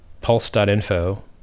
Pulse.info